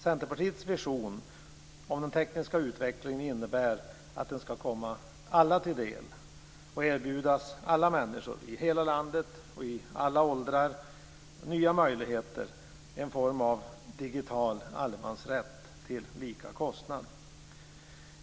Centerpartiets vision om den tekniska utvecklingen innebär att den skall komma alla till del och erbjuda alla människor, i hela landet och i alla åldrar, nya möjligheter - en form av digital allemansrätt - till lika kostnad.